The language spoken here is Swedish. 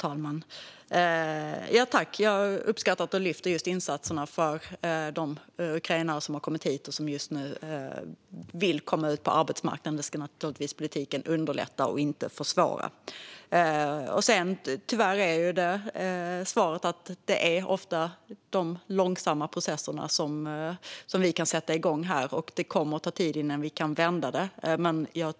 Herr talman! Jag uppskattar att Isak From lyfter insatserna för de ukrainare som har kommit hit och som just nu vill komma ut på arbetsmarknaden. Det ska naturligtvis politiken underlätta och inte försvåra. Sedan är tyvärr svaret att det ofta är de långsamma processerna som vi kan sätta igång här. Det kommer att ta tid innan vi kan vända detta.